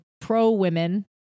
pro-women